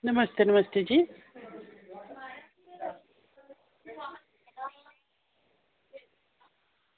नमस्ते नमस्ते जी